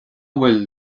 bhfuil